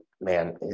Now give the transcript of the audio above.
man